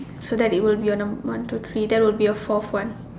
so that it will be your number one two three that will be your fourth one